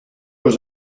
was